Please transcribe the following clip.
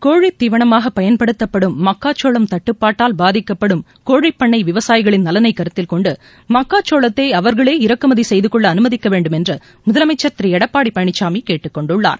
கோழித் தீவனமாகப் பயன்படுத்தப்படும் மக்காச்சோளம் தட்டுப்பாட்டால் பாதிக்கப்படும் கோழிப்பண்ணை விவசாயிகளின் நலனை கருத்தில் கொண்டு மக்காச்சோளத்தை அவர்களே இறக்குமதி செய்துக்கொள்ள அனுமதிக்க வேண்டும் என்று முதலமைச்சர் திரு எடப்பாடி பழனிசாமி கேட்டுக்கொண்டுள்ளார்